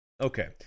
Okay